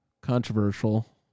Controversial